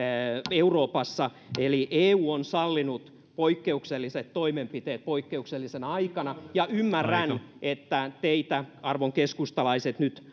euroopassa eli eu on sallinut poikkeukselliset toimenpiteet poikkeuksellisena aikana ja ymmärrän että teitä arvon keskustalaiset nyt